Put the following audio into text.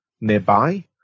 nearby